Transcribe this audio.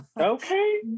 Okay